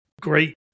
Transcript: great